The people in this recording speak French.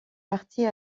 partie